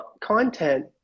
content